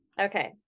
Okay